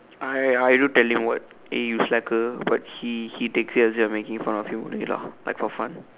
I I do tell him what eh you slacker but he he takes it as if only I making fun of him only lah like for fun